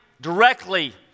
directly